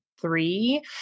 three